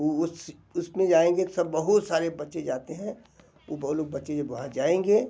वो उस उस में जाएंगे सब बहुत सारे बच्चे जाते हैं तो बहुत लोग बच्चे जब वहाँ जाएंगे